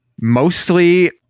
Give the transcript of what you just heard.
mostly